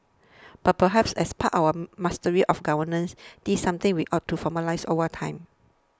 but perhaps as part of our mastery of governance this is something we ought to formalise over time